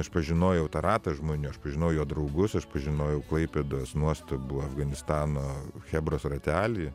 aš pažinojau tą ratą žmonių aš pažinau jo draugus aš pažinojau klaipėdos nuostabų afganistano chebros ratelį